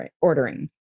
ordering